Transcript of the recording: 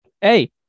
hey